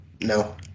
no